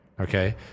Okay